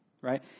right